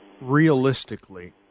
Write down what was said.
realistically